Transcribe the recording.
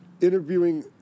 interviewing